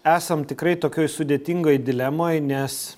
esam tikrai tokioj sudėtingoj dilemoj nes